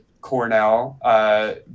Cornell